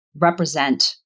represent